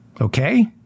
Okay